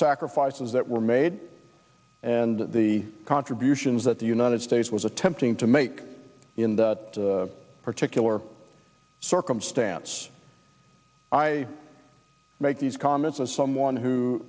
sacrifices that were made and the contributions that the united states was attempting to make in that particular circumstance i make these comments of someone who